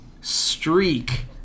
streak